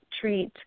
treat